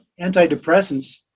antidepressants